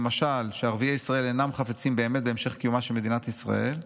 למשל שערביי ישראל אינם חפצים באמת בהמשך קיומה של מדינת ישראל,